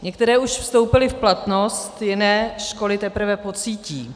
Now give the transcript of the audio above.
Některé už vstoupily v platnost, jiné školy teprve pocítí.